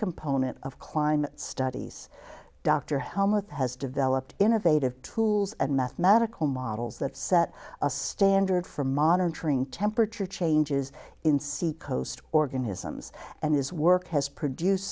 component of climate studies dr hellmouth has developed innovative tools and mathematical models that set a standard for monitoring temperature changes in sea coast organisms and his work has produce